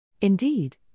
Indeed